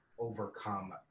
overcome